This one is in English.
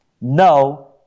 No